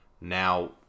Now